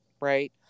right